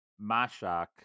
mashak